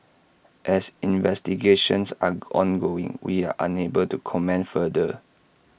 as investigations are ongoing we are unable to comment further